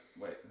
Wait